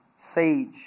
sage